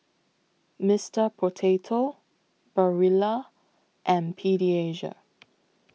Mister Potato Barilla and Pediasure